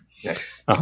Yes